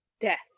death